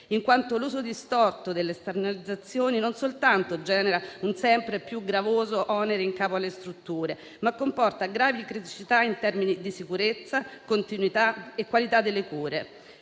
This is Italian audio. soccorso. L'uso distorto dell'esternalizzazione non soltanto genera un sempre più gravoso onere in capo alle strutture, ma comporta anche gravi criticità in termini di sicurezza, continuità e qualità delle cure,